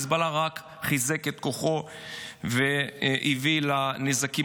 חיזבאללה רק חיזק את כוחו והביא לנזקים